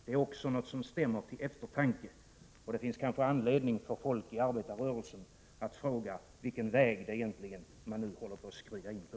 Det är också något som stämmer till eftertanke. Det finns kanske anledning för folk i arbetarrörelsen att fråga vilken väg man nu egentligen håller på att skrida in på.